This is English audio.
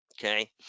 okay